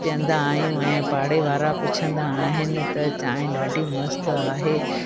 पीअंदा आहियूं ऐं पाड़े वारा पुछंदा आहिनि त चांहि ॾाढी मस्तु आहे